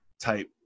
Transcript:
type